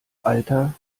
alter